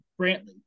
Brantley